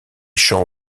champs